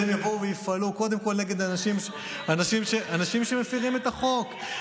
שיבוא ויפעלו קודם כול נגד אנשים שמפירים את החוק.